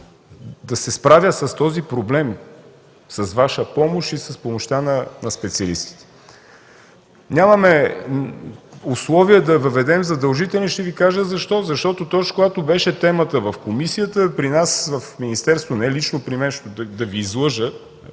да се справя с този проблем с Ваша помощ и с помощта на специалистите. Нямаме условие да въведем задължителен майчин език и ще Ви кажа защо. Защото, точно когато беше темата в комисията, при нас, в министерството – не лично при мен, да не Ви излъжа,